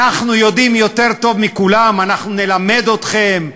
אנחנו יודעים יותר טוב מכולם, אנחנו נלמד אתכם.